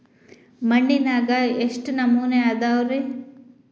ಮಣ್ಣಿನಾಗ ಎಷ್ಟು ನಮೂನೆ ಅದಾವ ರಿ?